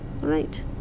Right